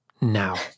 now